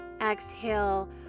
Exhale